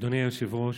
אדוני היושב-ראש,